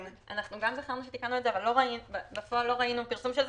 אבל בפועל לא ראינו פרסום של זה.